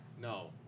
no